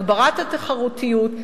הגברת התחרותיות,